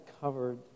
covered